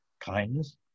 kindness